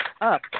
up